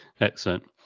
Excellent